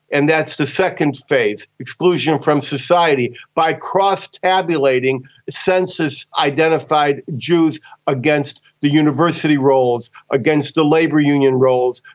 and that's the second phase, exclusion from society, by cross-tabulating census-identified jews against the university rolls, against the labour union rolls,